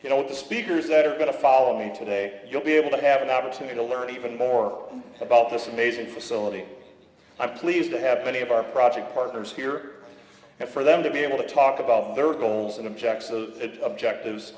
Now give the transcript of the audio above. you know with the speakers that are going to follow me today you'll be able to have an opportunity to learn even more about this amazing facility i pleased to have many of our project partners here and for them to be able to talk about their goals and objects of objectives